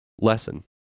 Lesson